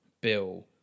Bill